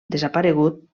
desaparegut